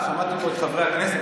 שמעתי פה את חברי הכנסת,